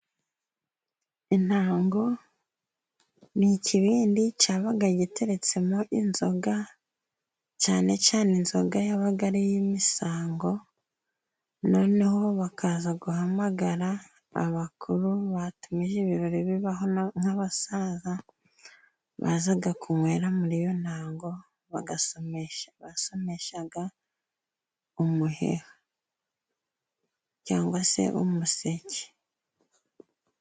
Intango ni ikibindi cyabaga giteretsemo inzoga, cyane cyane inzoga yabaga ari iy'imisango. Noneho bakaza guhamagara abakuru batumije ibirori bibaho nk'abasaza, bazaga kunywera muri iyo ntango, basomeshaga umuheha cyangwa se umuseke.